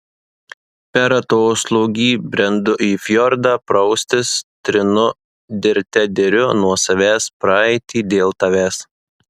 per atoslūgį brendu į fjordą praustis trinu dirte diriu nuo savęs praeitį dėl tavęs